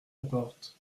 porte